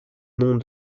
noms